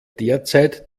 derzeit